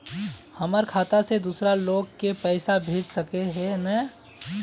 हमर खाता से दूसरा लोग के पैसा भेज सके है ने?